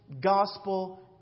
gospel